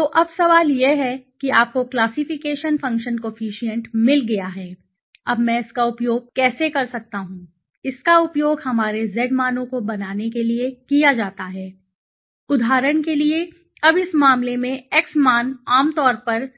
तो अब सवाल यह है कि आपको क्लासिफिकेशन फ़ंक्शन कोफिशिएंट मिल गया है अब मैं इसका उपयोग कैसे कर सकता हूं इसका उपयोग हमारे z मानों को बनाने के लिए किया जाता है उदाहरण के लिए अब इस मामले में x मान आमतौर पर